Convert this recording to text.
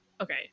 okay